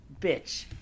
bitch